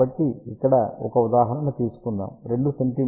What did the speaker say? కాబట్టి ఇక్కడ ఒక ఉదాహరణ తీసుకుందాం 2 సెం